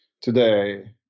today